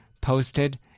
posted